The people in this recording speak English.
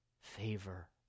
favor